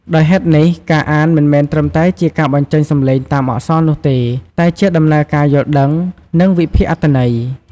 ដោយហេតុនេះ ការអាន មិនមែនត្រឹមតែជាការបញ្ចេញសំឡេងតាមអក្សរនោះទេ តែជាដំណើរការយល់ដឹង និងវិភាគអត្ថន័យ។